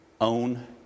own